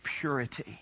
purity